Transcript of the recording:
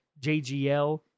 JGL